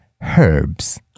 herbs